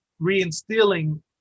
reinstilling